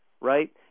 right